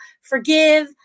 forgive